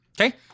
Okay